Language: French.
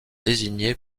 désignée